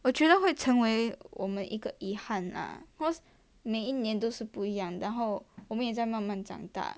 我觉得会成为我们一个遗憾 lah cause 每一年都是不一样然后我们也在慢慢长大